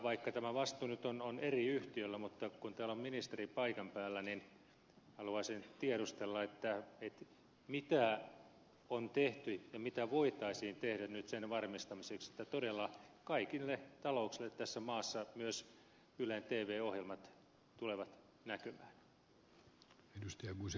vaikka tämä vastuu nyt on eri yhtiöllä niin kun täällä on ministeri paikan päällä haluaisin tiedustella mitä on tehty ja mitä voitaisiin tehdä nyt sen varmistamiseksi että todella kaikille talouksille tässä maassa myös ylen tv ohjelmat tulevat näkymään